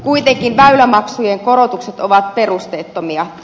kuitenkin väylämaksujen korotukset ovat perusteettomia